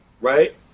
right